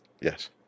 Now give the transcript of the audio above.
Yes